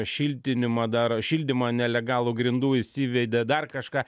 šiltinimą daro šildymą nelegalų grindų įsivedė dar kažką